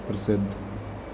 ਪ੍ਰਸਿੱਧ